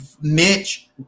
Mitch